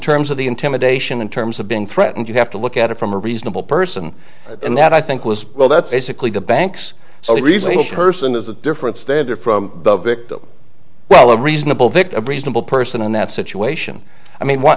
terms of the intimidation in terms of being threatened you have to look at it from a reasonable person and that i think was well that's basically the bank's only reason herson is a different standard from the victim well a reasonable victim a reasonable person in that situation i mean what